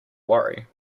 worry